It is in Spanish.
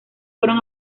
fueron